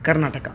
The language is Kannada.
ಕರ್ನಾಟಕ